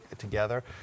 together